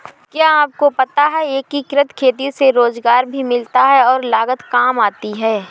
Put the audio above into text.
क्या आपको पता है एकीकृत खेती से रोजगार भी मिलता है और लागत काम आती है?